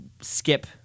skip